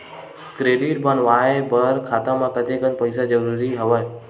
Credit बनवाय बर खाता म कतेकन पईसा होना जरूरी हवय?